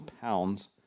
pounds